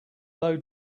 low